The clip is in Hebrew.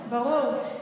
ברור, ברור.